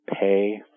pay